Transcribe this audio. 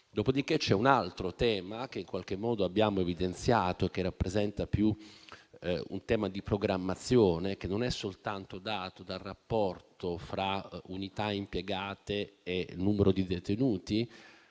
Dopodiché, c'è un altro tema che abbiamo evidenziato e che rappresenta più un tema di programmazione, che non è soltanto dato dal rapporto fra unità impiegate e numero di detenuti,